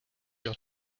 your